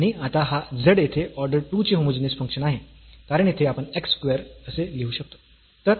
आणि आता हा z येथे ऑर्डर 2 चे होमोजीनियस फंक्शन आहे कारण येथे आपण x स्क्वेअर असे लिहू शकतो